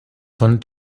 von